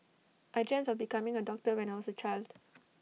I dreamt of becoming A doctor when I was A child